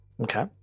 okay